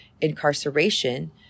incarceration